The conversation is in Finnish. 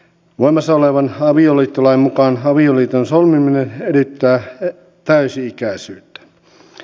voimassa olevan avioliittolain mukaan avioliiton solmiminen edellyttää täysi ikäisyyttä